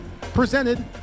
presented